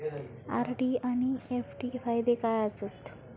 RD आनि FD फायदे काय आसात?